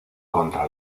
contra